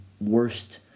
worst